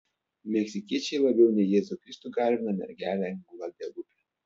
meksikiečiai labiau nei jėzų kristų garbina mergelę gvadelupę